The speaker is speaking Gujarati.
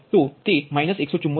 અને જો P21હોય તો તે 174